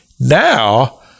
now